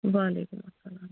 وعلیکُم